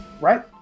right